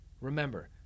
Remember